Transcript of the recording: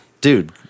dude